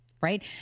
Right